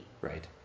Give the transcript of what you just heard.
Right